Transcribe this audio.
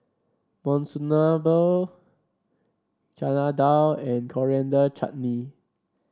Monsunabe Chana Dal and Coriander Chutney